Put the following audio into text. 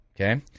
Okay